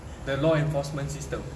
the law enforcement system